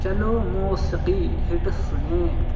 چلو موسیقی ہٹس سنیں